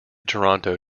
toronto